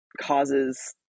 causes